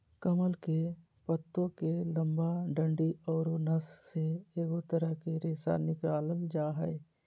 कमल के पत्तो के लंबा डंडि औरो नस से एगो तरह के रेशा निकालल जा हइ